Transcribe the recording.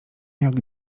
jak